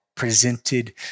presented